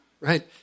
Right